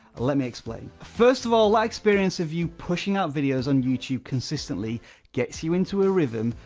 let me explain. first of all, life experience of you pushing out videos on youtube consistently gets you into a rhythm,